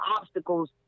obstacles